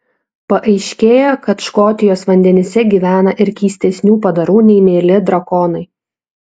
paaiškėja kad škotijos vandenyse gyvena ir keistesnių padarų nei mieli drakonai